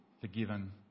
forgiven